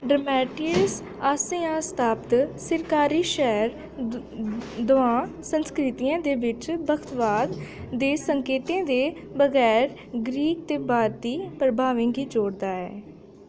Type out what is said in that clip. आसेआ स्थापत सिरकारी शैह्र दवां संस्कृतियें दे बिच्च बक्खवाद दे संकेतें दे बगैर ग्रीक ते भारती प्रभावें गी जोड़दा ऐ